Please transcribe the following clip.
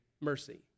mercy